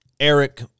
Eric